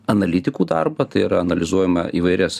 analitikų darbą tai yra analizuojama įvairias